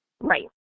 Right